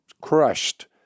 crushed